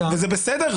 בסדר,